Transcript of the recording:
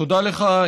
תודה לך,